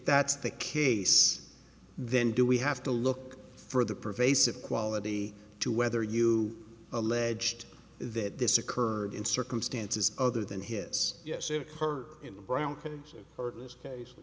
that's the case then do we have to look for the pervasive quality to whether you alleged that this occurred in circumstances other than his yes it occur in the brown or in this case